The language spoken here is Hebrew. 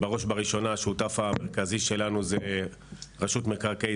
בראש ובראשונה השותף המרכזי שלנו הוא שי קרפ,